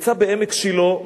שנמצא בעמק שילה,